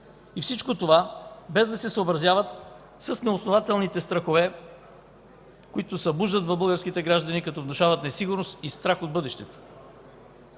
И всичко това – без да се съобразяват с неоснователните страхове, които събуждат в българските граждани, като внушават несигурност и страх от бъдещето.